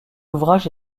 ouvrage